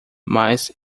mas